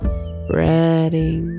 spreading